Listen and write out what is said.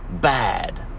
bad